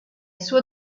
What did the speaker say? suo